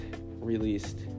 released